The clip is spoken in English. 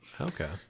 Okay